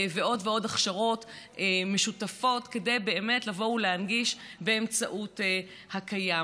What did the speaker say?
ועוד ועוד הכשרות משותפות כדי באמת לבוא ולהנגיש באמצעות הקיים.